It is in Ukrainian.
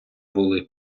були